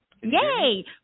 yay